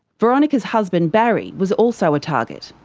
veronica's husband barry was also a target.